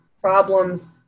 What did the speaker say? problems